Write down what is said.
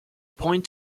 point